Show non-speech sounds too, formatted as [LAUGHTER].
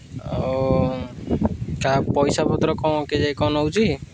ଆଉ ତା ପଇସା ପତ୍ର କ'ଣ [UNINTELLIGIBLE] କ'ଣ ନେଉଛି